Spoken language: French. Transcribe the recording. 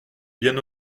bien